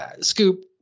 Scoop